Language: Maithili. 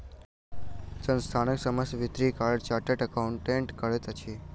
संस्थानक समस्त वित्तीय कार्य चार्टर्ड अकाउंटेंट करैत अछि